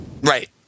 Right